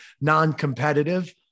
non-competitive